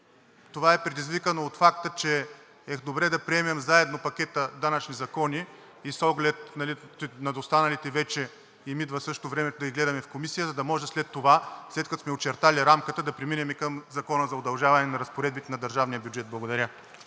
Това е предизвикано от факта, че е добре да приемем заедно пакета данъчни закони и с оглед, че на останалите вече им идва също времето да ги гледаме в Комисията, за да може след това, след като сме очертали рамката, да преминем и към Закона за удължаване на разпоредбите на държавния бюджет. Благодаря.